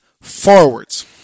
forwards